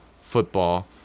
football